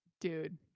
Dude